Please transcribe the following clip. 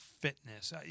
fitness